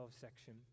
section